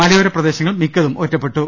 മലയോര പ്രദേശങ്ങൾ മിക്കതും ഒറ്റപ്പെട്ടു